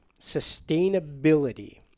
sustainability